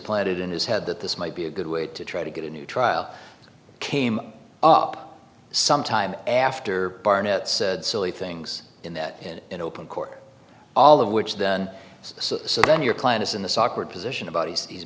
planted in his head that this might be a good way to try to get a new trial came up some time after barnett said silly things in that and in open court all of which then so then your client is in this awkward position about he